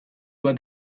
bat